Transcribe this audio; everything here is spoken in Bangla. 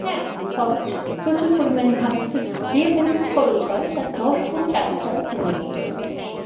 হ্যাঁ খরচ প্রচুর পরিমাণে হয় কিন্তু যে পরিমাণ খরচ হয় তার দশ গুণ টাকা তারা তুলে নিয়ে চলে আসে